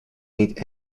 need